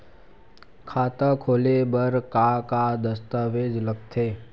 खाता खोले बर का का दस्तावेज लगथे?